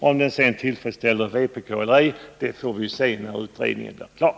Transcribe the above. Om denna sedan tillfredsställer vpk eller inte får vi se när den blir klar.